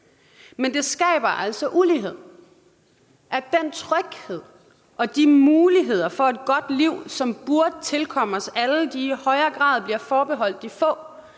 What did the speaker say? men det skaber altså ulighed, at den tryghed og de muligheder for et godt liv, som burde tilkomme os alle, i højere grad bliver forbeholdt de få